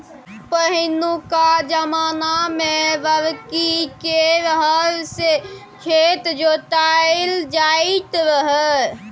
पहिनुका जमाना मे लकड़ी केर हर सँ खेत जोताएल जाइत रहय